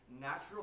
natural